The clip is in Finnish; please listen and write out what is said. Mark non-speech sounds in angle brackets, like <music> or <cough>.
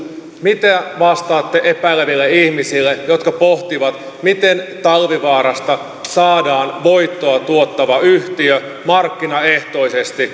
miten vastaatte epäileville ihmisille jotka pohtivat miten talvivaarasta saadaan voittoa tuottava yhtiö markkinaehtoisesti <unintelligible>